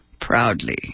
Proudly